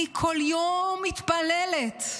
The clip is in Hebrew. אני כל יום מתפללת,